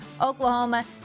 Oklahoma